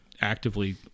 actively